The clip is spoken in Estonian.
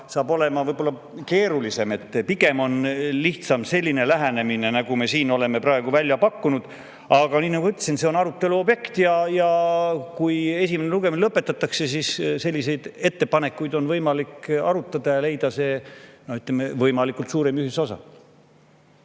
saab olema võib-olla keerulisem. Lihtsam on selline lähenemine, nagu meie oleme praegu välja pakkunud. Aga nagu ma ütlesin, see on arutelu objekt. Kui esimene lugemine lõpetatakse, siis selliseid ettepanekuid on võimalik arutada ja leida, ütleme, võimalikult suur ühisosa.